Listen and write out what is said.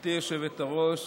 גברתי היושבת-ראש,